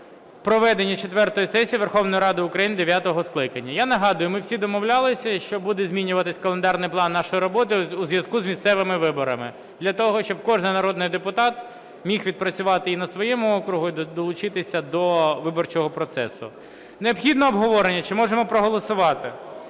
проведення четвертої сесії Верховної Ради України дев'ятого скликання. Я нагадую: ми всі домовлялися, що буде змінюватися календарний план нашої роботи у зв'язку з місцевими виборами, для того, щоб кожний народний депутат міг відпрацювати і на своєму окрузі, і долучитися до виборчого процесу. Необхідне обговорення чи можемо проголосувати?